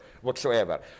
whatsoever